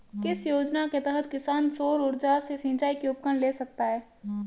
किस योजना के तहत किसान सौर ऊर्जा से सिंचाई के उपकरण ले सकता है?